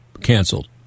canceled